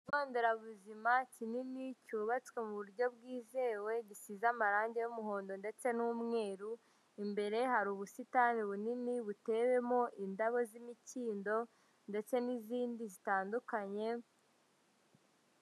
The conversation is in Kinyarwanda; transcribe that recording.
Ikigonderabuzima kinini cyubatswe mu buryo bwizewe, gisize amarangi y'umuhondo ndetse n'umweru, imbere hari ubusitani bunini butewemo indabo z'imikindo ndetse n'izindi zitandukanye.